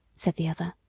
said the other,